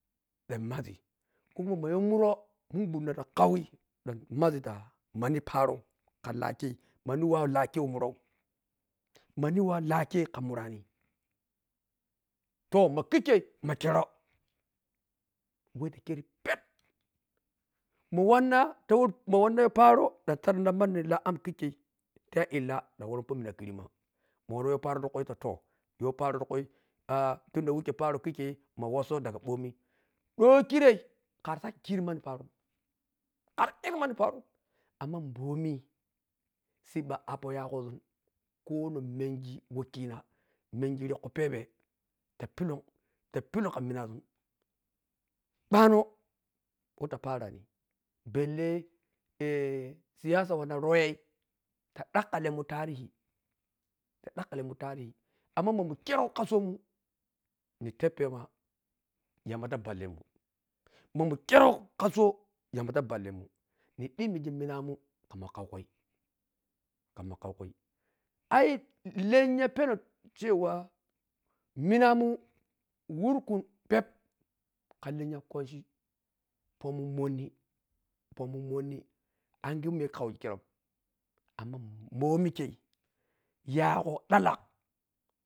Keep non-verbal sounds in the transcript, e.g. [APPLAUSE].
Dhanmaʒi ta khuma mayho murho mùungundina ta ḱhawe rdhanmaʒi ta manhi tarho kha lahkhe mani wah wanlahkhe murho mani wah lakkhe khamurhani to ma khikhe ma kherho wahtikherhi pep-ma wanna ta wah ma wann perho ďan sadhi manni wah ta la’am khikhu ta illah dan wari jomina khinma ma woro parho ti khui ta to yho parhi tikhui [HESITATION] tunda wokhe parho khikhe ma woso daga ƀomi dhoykhire khariske khirimanni parho har imma manni ske parho mma bomi saƀƀi ampo yhaghsun khonho. mengi wakhina mengirikhu pheƀe t pillun ta pillun khaminsun ƀano wahta parani belle [HESITATION] siyasa wanna royah khďakhilemun tarihi khaďakhi lemun tarihi amma mamun khero ka somun nitaphem yamba ta ƀellemun, mamun kherokhaso yamba ta ƀallemun nydhimige minamun khammakhankhui khmmkhaukhui ailanyhapeno cewa minamun wurkun phe khaleuyha lwanchi jomun monny jomun monnu angye miyawah khaukhira amma momikhe yagho dhlak